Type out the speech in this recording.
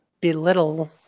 belittle